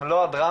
הם לא הדרמה.